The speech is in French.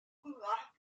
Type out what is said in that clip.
couloirs